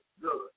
Good